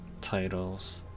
titles